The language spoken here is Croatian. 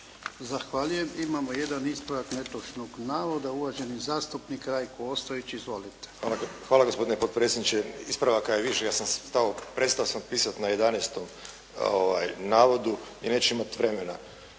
Zahvaljujem. Imamo jedan ispravak netočnog navoda, uvaženi zastupnik Rajko Ostojić. Izvolite. **Ostojić, Rajko (SDP)** Hvala gospodine potpredsjedniče. Ispravaka je više, prestao sam pisati na 11. navodu i neću imati vremena.